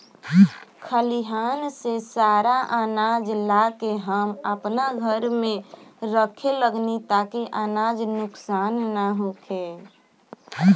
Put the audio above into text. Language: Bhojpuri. खलिहान से सारा आनाज ला के हम आपना घर में रखे लगनी ताकि अनाज नुक्सान ना होखे